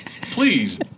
please